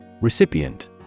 Recipient